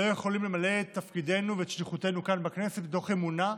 לא יכולים למלא את תפקידנו ואת שליחותנו כאן בכנסת מתוך אמונה,